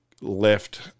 left